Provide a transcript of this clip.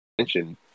attention